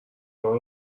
کار